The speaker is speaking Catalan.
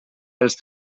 els